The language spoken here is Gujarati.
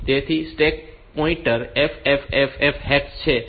તેથી સ્ટેક પોઇન્ટર FFFF હેક્સ છે